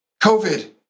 COVID